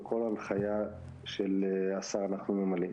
וכל הנחיה של השר אנחנו ממלאים.